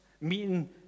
meeting